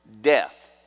death